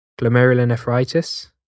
glomerulonephritis